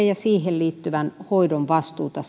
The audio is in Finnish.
ja siihen liittyvän hoidon vastuuta